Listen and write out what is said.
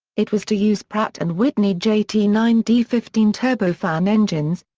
it was to use pratt and whitney j t nine d fifteen turbofan engines,